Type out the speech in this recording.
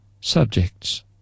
subjects